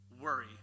worry